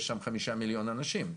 יש שם 5,000,000 אנשים.